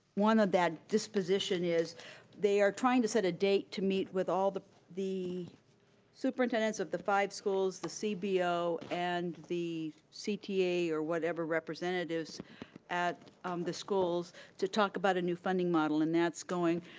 one of that disposition is they are trying to set a date to meet with all the the superintendent's of the five schools, the cbo, and the cta or whatever representatives at um the schools to talk about a new funding model and that's going.